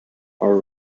are